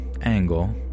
angle